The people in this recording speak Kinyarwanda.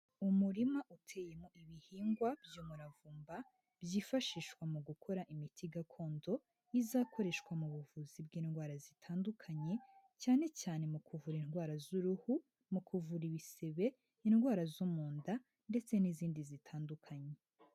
Umurima uteyemo ibihingwa by'umuravumba byifashishwa mu gukora imiti gakondo, izakoreshwa mu buvuzi bw'indwara zitandukanye, cyane cyane mu kuvura indwara z'uruhu, mu kuvura ibisebe, indwara zo mu nda ndetse n'izindi zitandukanye.